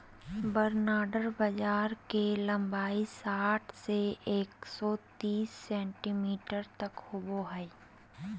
barnyard बाजरा के लंबाई साठ से एक सो तिस सेंटीमीटर तक होबा हइ